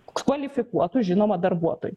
kvalifikuotų žinoma darbuotojų